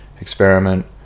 experiment